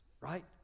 right